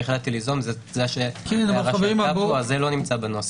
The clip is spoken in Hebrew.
והחלטתי ליזום - זה לא נמצא בנוסח.